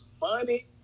money